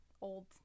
old